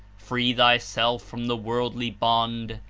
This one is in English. free thyself from the worldly bond,